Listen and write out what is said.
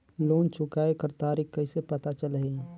Loan चुकाय कर तारीक कइसे पता चलही?